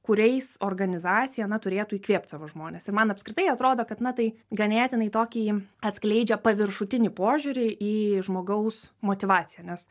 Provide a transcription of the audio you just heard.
kuriais organizacija na turėtų įkvėpt savo žmones ir man apskritai atrodo kad na tai ganėtinai tokį atskleidžia paviršutinį požiūrį į žmogaus motyvaciją nes